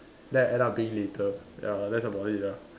then I end up being later ya that's about it lah